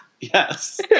yes